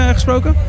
gesproken